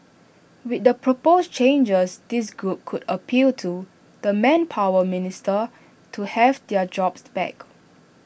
with the proposed changes this group could appeal to the manpower minister to have their jobs back